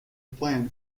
plan